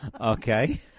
Okay